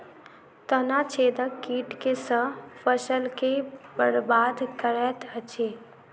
तना छेदक कीट केँ सँ फसल केँ बरबाद करैत अछि?